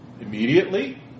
immediately